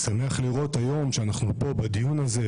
אני שמח לראות היום שאנחנו פה בדיון הזה,